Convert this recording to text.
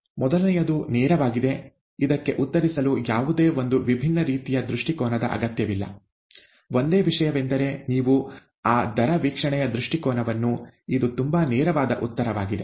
ಮೊದಲನೆಯದು ನೇರವಾಗಿದೆ ಇದಕ್ಕೆ ಉತ್ತರಿಸಲು ಯಾವುದೇ ಒಂದು ವಿಭಿನ್ನ ರೀತಿಯ ದೃಷ್ಟಿಕೋನದ ಅಗತ್ಯವಿಲ್ಲ ಒಂದೇ ವಿಷಯವೆಂದರೆ ನೀವು ಆ ದರ ವೀಕ್ಷಣೆಯ ದೃಷ್ಟಿಕೋನವನ್ನು ಇದು ತುಂಬಾ ನೇರವಾದ ಉತ್ತರವಾಗಿದೆ